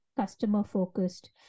customer-focused